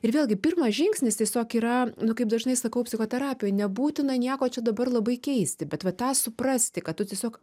ir vėlgi pirmas žingsnis tiesiog yra nu kaip dažnai sakau psichoterapijoj nebūtina nieko čia dabar labai keisti bet va tą suprasti kad tu tiesiog